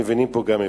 מבינים פה גם עברית.